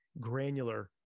granular